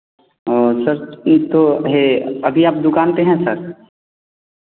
और सर यह तो है अभी आप दुकान पर हैं सर